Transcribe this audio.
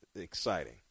Exciting